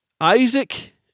Isaac